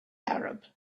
arab